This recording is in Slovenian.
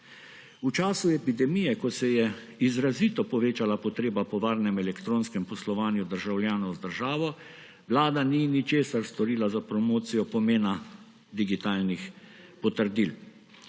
V času epidemije, ko se je izrazito povečala potreba po varnem elektronskem poslovanju državljanov z državo, Vlada ni ničesar storila za promocijo pomena digitalnih potrdil.